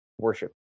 worship